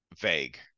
vague